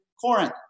Corinth